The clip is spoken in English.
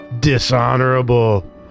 Dishonorable